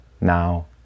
now